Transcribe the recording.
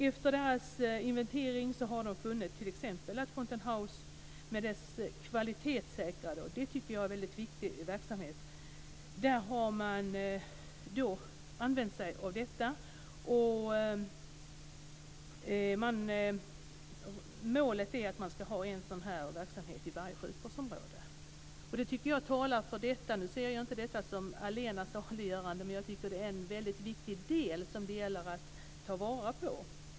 Efter inventering har man där funnit t.ex. Fountain House-modellen med dess kvalitetssäkring, som jag tycker är en mycket viktig verksamhet, och använt sig av denna. Målet är att man ska ha en sådan verksamhet i varje sjukvårdsområde. Det tycker jag talar för detta, även om jag inte ser detta som allena saliggörande. Men jag tycker att det är en mycket viktig del som det gäller att ta vara på.